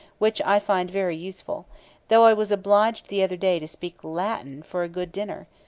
which i find very useful though i was obliged the other day to speak latin for a good dinner.